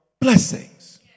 blessings